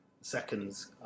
Seconds